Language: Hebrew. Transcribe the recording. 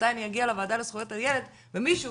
מתי אני אגיע לוועדה לזכויות הילד ומישהו